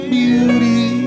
beauty